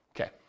Okay